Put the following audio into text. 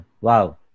wow